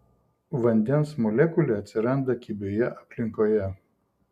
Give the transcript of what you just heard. vandens molekulė atsiranda kibioje aplinkoje